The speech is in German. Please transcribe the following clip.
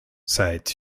seit